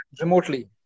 remotely